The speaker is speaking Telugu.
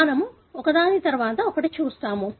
మేము ఒకదాని తరువాత ఒకటి చూస్తాము